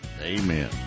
Amen